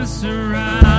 Surround